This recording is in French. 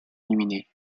éliminés